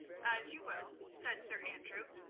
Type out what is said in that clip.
as you will, said sir andrew.